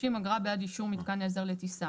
30. אגרה בעד אישור מתקן עזר לטיסה.